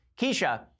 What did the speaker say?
Keisha